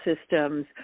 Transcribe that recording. systems